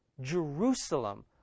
jerusalem